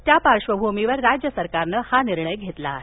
त्या पार्श्वभूमीवर राज्य सरकारनं हा निर्णय घेतला आहे